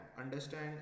Understand